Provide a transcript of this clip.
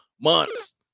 months